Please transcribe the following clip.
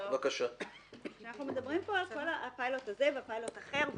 אנחנו מדברים על הפיילוט הזה ופיילוט אחר,